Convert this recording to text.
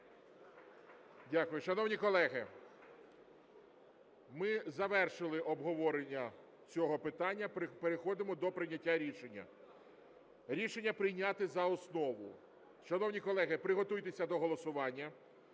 Дякую. Шановні колеги, ми завершили обговорення цього питання. Переходимо до прийняття рішення. Рішення – прийняти за основу. Шановні колеги, приготуйтеся до голосування.